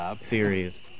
series